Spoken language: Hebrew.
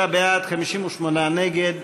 57 בעד, 58 נגד.